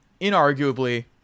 inarguably